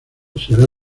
será